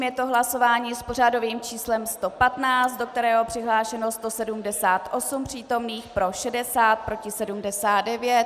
Je to hlasování s pořadovým číslem 115, do kterého je přihlášeno 178 přítomných, pro 60, proti 79.